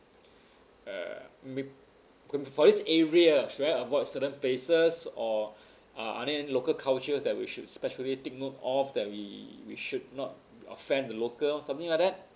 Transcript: uh me for this area should I avoid certain places or uh are there any local cultures that we should especially take note of that we we should not offend the local or something like that